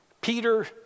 Peter